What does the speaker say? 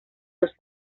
los